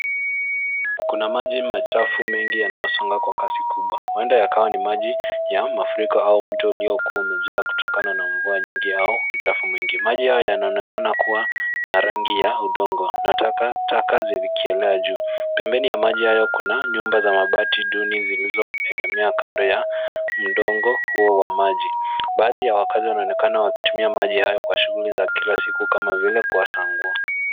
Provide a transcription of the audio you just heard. Kuna maji machafu mengi yanayosonga kwa kasi kubwa huenda yakawa maji ya mafuriko au mto uliokuwa umejaa kutokana na mvua nyingi au uchafu mwingi. Maji haya yanaonekana kuwa na rangi ya udongo na takataka zikielea juu. Pembeni ya maji hayo kuna nyumba za mabati duni zilizoegemea kando ya mto mdogo huo wa maji. Baadhi ya wakaazi wanaonekana wakitumia maji hayo kwa shughuli za kila siku kama vile kuosha nguo.